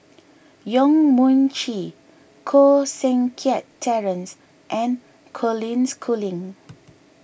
Yong Mun Chee Koh Seng Kiat Terence and Colin Schooling